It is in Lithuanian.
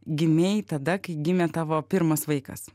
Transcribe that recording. gimei tada kai gimė tavo pirmas vaikas